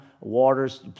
waters